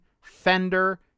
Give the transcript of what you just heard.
Fender